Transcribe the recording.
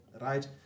right